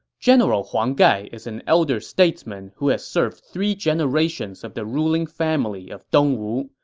general huang gai is an elder statesman who has served three generations of the ruling family of dong wu,